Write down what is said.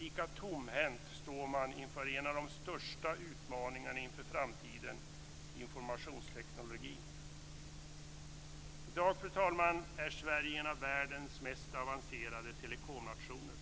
lika tomhänt står den inför en av de största utmatningarna inför framtiden, informationstekniken. I dag, fru talman, är Sverige en av världens mest avancerade telekomnationer.